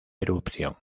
erupción